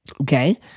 Okay